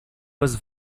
was